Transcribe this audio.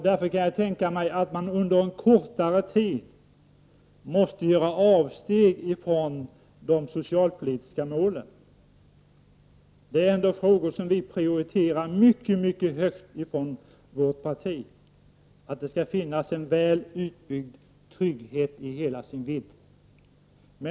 Därför kan jag tänka mig att man under en kortare tid måste göra avsteg från de socialpolitiska målen. Inom vårt parti prioriterar vi ändå mycket mycket högt att det skall finnas en väl utbyggd trygghet.